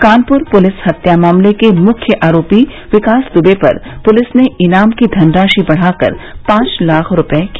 Kanpur police हत्या मामले के मुख्य आरोपी विकास दुबे पर पुलिस ने इनाम की धनराशि बढ़ाकर पांच लाख रूपए की